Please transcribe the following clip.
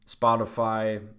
Spotify